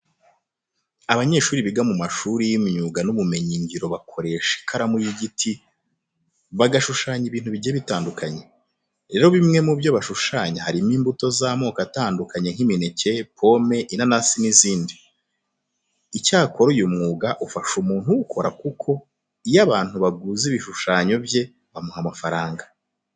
Abanyeshuri biga mu mashuri y'imyuga n'ubumenyingiro bakoresha ikaramu y'igiti bagashushanya ibintu bigiye bitandukanye. Rero bimwe mu byo bashushanya harimo imbuto z'amoko atandukanye nk'imineke, pome, inanasi n'izindi. Icyakora uyu mwuga ufasha umuntu uwukora kuko iyo abantu baguze ibishushanyo bye bamuha amafaranga.